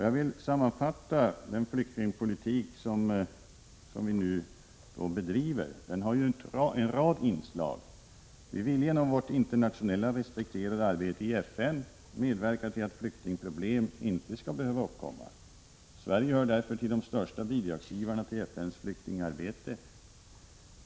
Jag vill sammanfatta innehållet i den flyktingpolitik vi bedriver. Den har en rad inslag. Vi vill genom vårt internationella, och respekterade, arbete i FN medverka till att flyktingproblem inte skall behöva uppkomma. Sverige hör därför till de största bidragsgivarna när det gäller FN:s flyktingarbete.